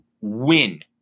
win